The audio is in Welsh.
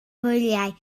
hwyliau